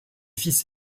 fils